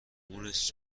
مونس